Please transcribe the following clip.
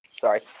Sorry